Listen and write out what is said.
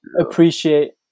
appreciate